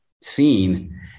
seen